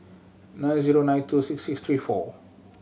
nine zero nine two six six three four